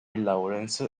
laurens